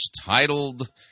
titled